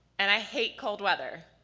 and i hate cold weather,